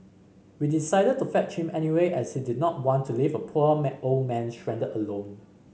we decided to fetch him anyway as he did not want to leave a poor man old man stranded alone